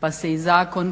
pa se i zakon